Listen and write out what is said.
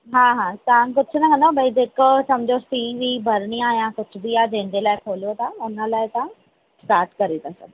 हा हा तव्हां ॾिसंदव जेको सम्झो फी वी भरिणी आहे या कुझु बि आहे जंहिंजे लाइ खोलियो था उन लाइ तव्हां स्टार्ट करे था सघो